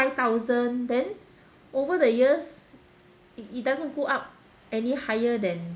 five thousand then over the years it it doesn't go up any higher than